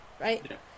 right